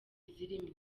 zirimo